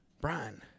Brian